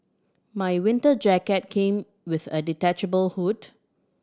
my winter jacket came with a detachable hood